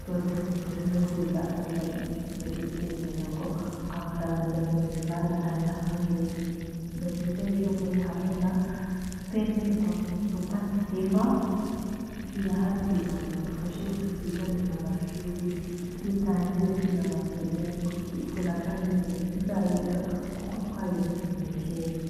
tuba dufite inzozi zo kwiga ariko akenshi tutari gutekereza ngo amafaranga ya merval azava heba byiza rero muri hamwe na spenn super saver irahari kugirango idufashe tuzigamire amashuri dutangire twiga amaterne ariko tuzi ko na kaminuza tuzayiga kuko twayizigamiye kera.